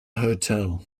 hotel